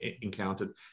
encountered